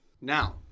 now